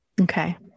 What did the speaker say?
Okay